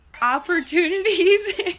opportunities